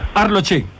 arloche